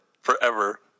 Forever